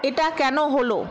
এটা কেনো হলো